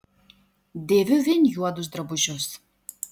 dėviu vien juodus drabužius